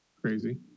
crazy